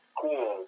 cool